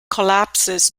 collapses